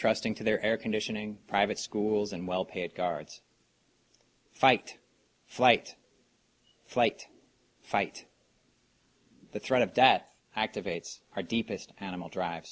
trusting to their air conditioning private schools and well paid guards fight flight flight fight the threat of death activates our deepest animal drive